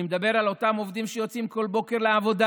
אני מדבר על אותם עובדים שיוצאים כל בוקר לעבודה